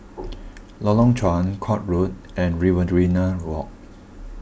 Lorong Chuan Court Road and Riverina Walk